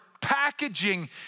packaging